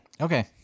Okay